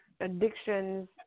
addictions